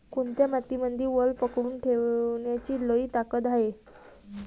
कोनत्या मातीमंदी वल पकडून ठेवण्याची लई ताकद हाये?